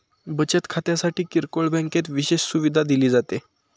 बचत खात्यासाठी किरकोळ बँकेत विशेष सुविधा दिली जाते